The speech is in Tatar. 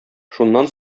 шуннан